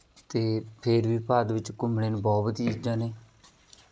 ਅਤੇ ਫਿਰ ਵੀ ਭਾਰਤ ਵਿੱਚ ਘੁੰਮਣ ਨੂੰ ਬਹੁਤ ਵਧੀਆ ਚੀਜ਼ਾਂ ਨੇ